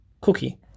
cookie